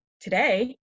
today